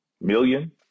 million